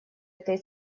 этой